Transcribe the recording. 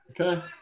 Okay